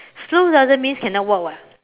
slow doesn't mean cannot walk [what]